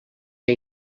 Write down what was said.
que